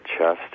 chest